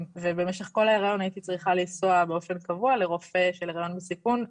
ובמשך ההיריון הייתי צריכה לנסוע באופן קבוע לרופא של היריון בסיכון,